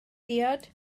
diod